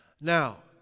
Now